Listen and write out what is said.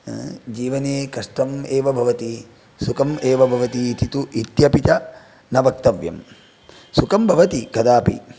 जीवने कष्टम् एव भवति सुखम् एव भवति इति तु इत्यपि च न वक्तव्यं सुखं भवति कदापि